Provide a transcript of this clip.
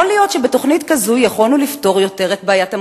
יכול להיות שבתוכנית כזאת יכולנו לפתור יותר טוב את בעיית המובטלים.